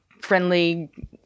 friendly